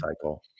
cycle